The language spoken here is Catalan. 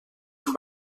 amb